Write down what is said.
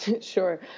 Sure